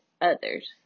others